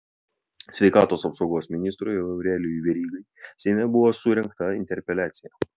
sveikatos apsaugos ministrui aurelijui verygai seime buvo surengta interpeliacija